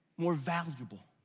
more valuable.